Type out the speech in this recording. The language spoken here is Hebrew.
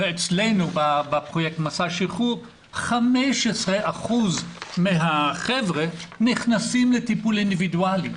ואצלנו בפרויקט 'מסע שחרור' 15% מהחבר'ה נכנסים לטיפול אינדיבידואלי.